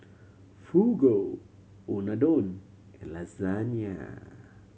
Fugu Unadon and Lasagne